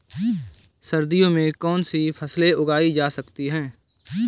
सर्दियों में कौनसी फसलें उगाई जा सकती हैं?